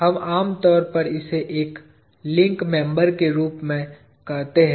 हम आमतौर पर इसे एक लिंक मेंबर के रूप में कहते हैं